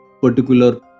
particular